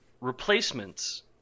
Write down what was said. replacements